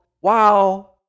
wow